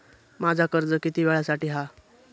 माझा कर्ज किती वेळासाठी हा?